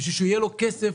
בשביל שיהיה לו כסף